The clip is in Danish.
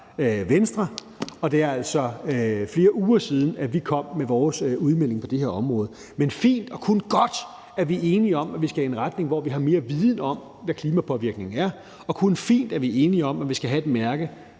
Venstre, og det er altså flere uger siden, vi kom med vores udmelding på det her område. Men det er fint og kun godt, at vi er enige om, at vi skal i en retning, hvor vi har mere viden om, hvad klimapåvirkningen er. Og det er kun fint, at vi er enige om, at vi skal have et mærke,